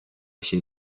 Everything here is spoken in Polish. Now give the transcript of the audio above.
się